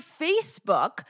Facebook